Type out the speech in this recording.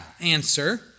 Answer